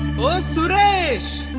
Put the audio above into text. suresh.